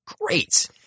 great